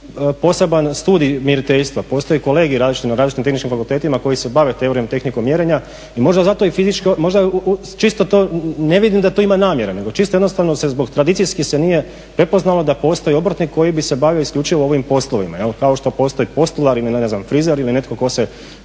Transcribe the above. poseban studij mjeriteljstva, postoje kolegiji različiti na različitim tehničkim fakultetima koji se bave teorijom i tehnikom mjerenja i možda čisto to, ne vidim da to ima namjere, nego čisto jednostavno se zbog tradicijski se nije prepoznalo da postoji obrtnik koji bi se bavio isključivo ovim poslovima jel'. Kao što postoji postolar ili ne znam frizer ili netko tko se